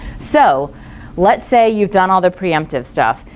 so let's say you've done all the preemptive stuff,